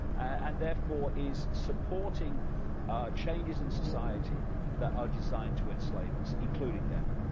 and therefore is supporting changes in society that are designed to enslave us, including them.